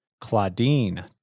Claudine